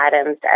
items